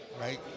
Right